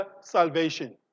salvation